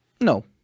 No